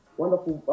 wonderful